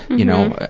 you know,